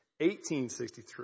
1863